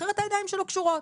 אחרת הידיים שלו קשורות.